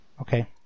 Okay